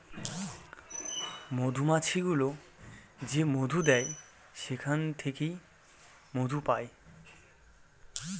মধুমাছি গুলো যে মধু দেয় সেখান থেকে মধু পায়